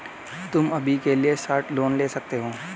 तुम अभी के लिए शॉर्ट लोन ले सकते हो